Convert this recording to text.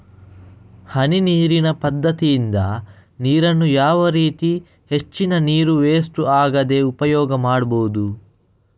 ಹನಿ ನೀರಿನ ಪದ್ಧತಿಯಿಂದ ನೀರಿನ್ನು ಯಾವ ರೀತಿ ಹೆಚ್ಚಿನ ನೀರು ವೆಸ್ಟ್ ಆಗದಾಗೆ ಉಪಯೋಗ ಮಾಡ್ಬಹುದು?